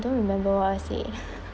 don't remember what I said